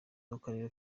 w’akarere